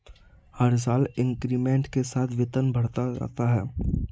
हर साल इंक्रीमेंट के साथ वेतन बढ़ता जाता है